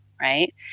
right